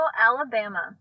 Alabama